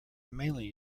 mainly